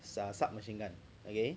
sub~ submachine gun okay